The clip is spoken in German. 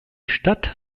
stadt